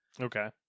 Okay